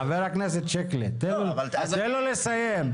ח"כ שיקלי, תן לו לסיים.